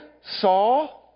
saw